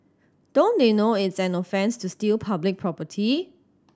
don't they know it's an offence to steal public property